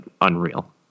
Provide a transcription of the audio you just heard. unreal